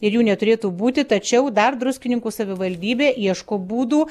ir jų neturėtų būti tačiau dar druskininkų savivaldybė ieško būdų